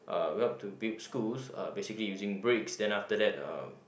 uh we help to build schools uh basically using bricks then after that uh